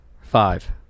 Five